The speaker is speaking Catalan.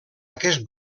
aquest